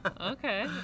Okay